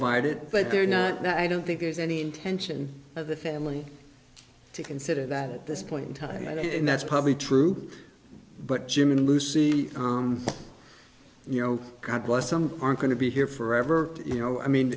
vide it but they're not that i don't think there's any intention of the family to consider that at this point in time i think that's probably true but jim and lucy you know god bless some aren't going to be here forever you know i mean